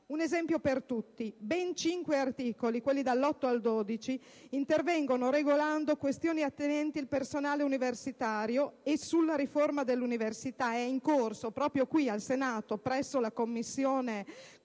Un esempio per tutti: ben cinque articoli, dall'8 al 12, intervengono regolando questioni attinenti il personale universitario e sulla riforma dell'università è in corso, proprio presso la Commissione